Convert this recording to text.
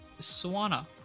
Swana